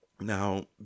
now